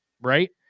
right